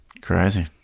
Crazy